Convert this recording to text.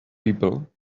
people